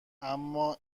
اما